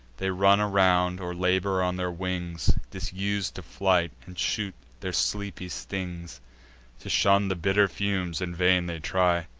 they run around, or labor on their wings, disus'd to flight, and shoot their sleepy stings to shun the bitter fumes in vain they try